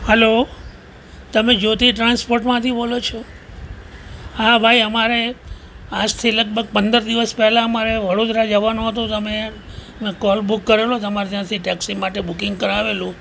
hello તમે જ્યોતી ટ્રાન્સપોર્ટમાંથી બોલો છો હા ભાઈ અમારે આજથી લગભગ પંદર દીવસ પહેલાં અમારે વડોદરા જવાનું હતું તો અમે કોલ બુક કરેલો તમારે ત્યાંથી ટેક્સી માટે બુકિંગ કરાવેલું